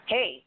Hey